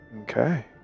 Okay